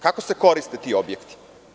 Kako se koriste ti objekti?